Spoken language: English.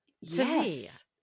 yes